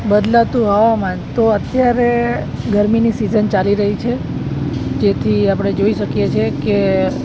બદલાતું હવામાન તો અત્યારે ગરમીની સિઝન ચાલી રહી છે જેથી આપણે જોઈ શકીએ છીએ કે